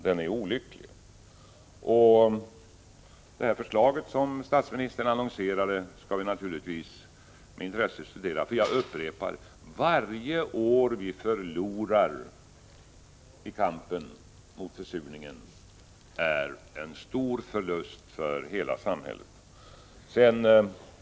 Vi skall naturligtvis med intresse studera det förslag som statsministern annonserade, och jag upprepar: Varje år vi förlorar i kampen mot försurningen innebär en stor förlust för hela samhället.